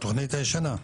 התוכנית הישנה.